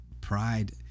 pride